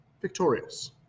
Victorious